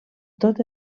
tot